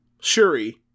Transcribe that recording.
Shuri